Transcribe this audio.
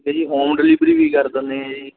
daily home delivery ਵੀ ਕਰ ਦਿੰਦੇ ਹਾਂ ਜੀ